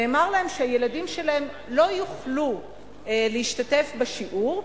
נאמר להם שהילדים שלהם לא יוכלו להשתתף בשיעור,